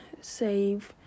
save